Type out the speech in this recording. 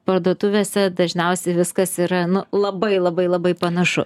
parduotuvėse dažniausiai viskas yra nu labai labai labai panašu